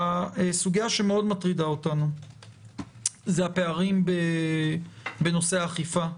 הסוגיה שמאוד מטרידה אותנו היא הפערים בנושא האכיפה,